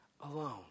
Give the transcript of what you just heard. alone